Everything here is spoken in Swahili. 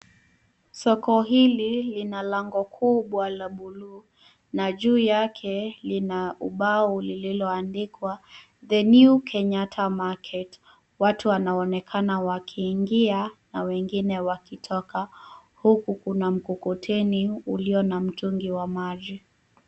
Soko hili lina lango kubwa la bluu. Na juu yake lina ubao lililoandikwa the new kenyatta market . Watu wanaonekana wakiingia na wengine wakitoka. Huku kuna mkokoteni ulio na mtungi wa maji.